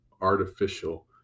artificial